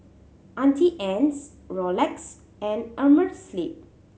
Auntie Anne's Rolex and Amerisleep